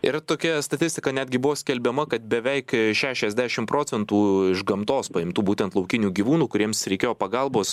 ir tokia statistika netgi buvo skelbiama kad beveik šešiasdešimt procentų iš gamtos paimtų būtent laukinių gyvūnų kuriems reikėjo pagalbos